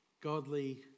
Godly